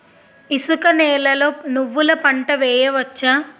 ఇసుక నేలలో నువ్వుల పంట వేయవచ్చా?